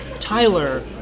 Tyler